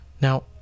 Now